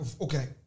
okay